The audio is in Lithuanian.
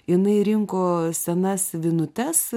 jinai rinko senas vinutes